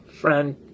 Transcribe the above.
friend